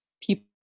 people